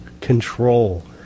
control